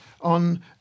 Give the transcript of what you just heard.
on